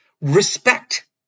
respect